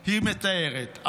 היא מתארת,